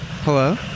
Hello